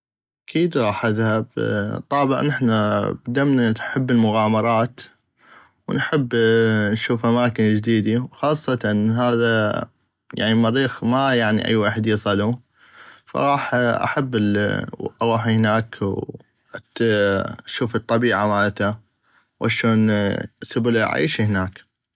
اكيد غاح اذهب طابع نحنا دمنا يحب اامغامرات ونحب نشوف اماكن جديدي وخاصة انو هذا يعني المريخ ما اي ويحد يصلو فغاح احب اغوح هناك واشوف الطبيعة مالته واشون سبل العيش هناك.